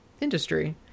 industry